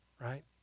right